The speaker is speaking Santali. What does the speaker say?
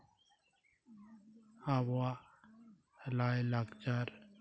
ᱟᱵᱚᱣᱟᱜ ᱞᱟᱭᱼᱞᱟᱠᱪᱟᱨ